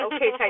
Okay